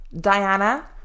Diana